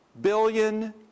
billion